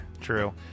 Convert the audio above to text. True